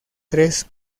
tres